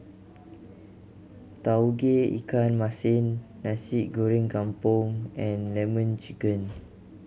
Tauge Ikan Masin Nasi Goreng Kampung and Lemon Chicken